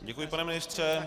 Děkuji, pane ministře.